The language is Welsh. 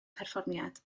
perfformiad